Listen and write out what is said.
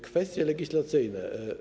Kwestie legislacyjne.